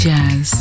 Jazz